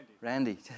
Randy